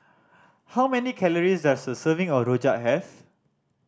how many calories does a serving of rojak have